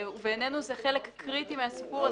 ובעינינו, זה חלק קריטי מהסיפור הזה.